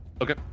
Okay